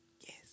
Yes